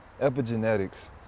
epigenetics